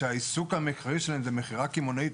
שהעיסוק העיקרי שלהן הוא מכירה קמעונאית,